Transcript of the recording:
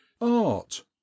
art